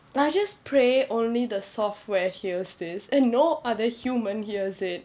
ah just pray only the software hears this and no other human hears it